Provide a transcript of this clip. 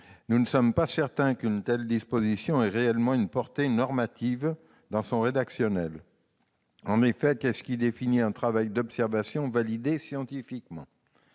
? Je ne suis pas certain qu'une telle disposition ait réellement une portée normative. En effet, qu'est-ce qui définit un travail d'observation validé scientifiquement ?